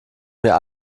mir